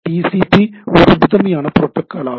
TCP ஒரு முதன்மையான protocol ஆகும்